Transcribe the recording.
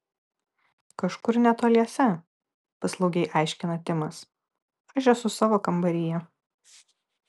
kažkur netoliese paslaugiai aiškina timas aš esu savo kambaryje